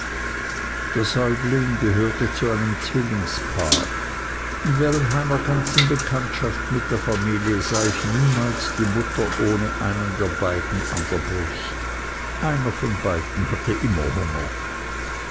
der säugling gehörte zu einem zwillingspaar und während meiner ganzen bekanntschaft mit der familie sah ich niemals die mutter ohne einen der beiden an der brust einer von beiden hatte immer hunger